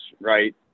right